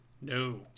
no